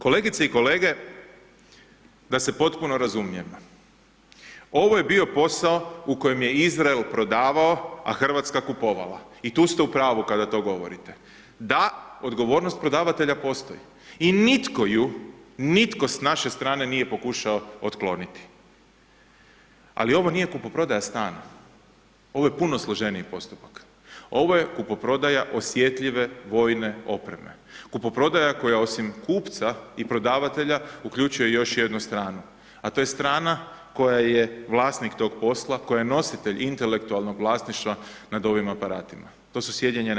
Kolegice i kolege da se potpuno razumijemo, ovo je bio posao u kojem je Izrael prodavao a Hrvatska kupovala i tu ste u pravu kada to govorite, da odgovornost prodavatelja postoji i nitko ju, nitko ju s naše strane nije pokušao otkloniti, ali ovo nije kupoprodaja stana, ovo je puno složeniji postupak, ovo je kupoprodaja osjetljive vojne opreme, kupoprodaja koja osim kupca i prodavatelja uključuje još jednu stranu, a to je strana koja je vlasnik tog posla koja je nositelj intelektualnog vlasništva nad ovim aparatima, to su SAD.